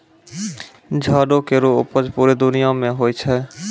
जंडो केरो उपज पूरे दुनिया म होय छै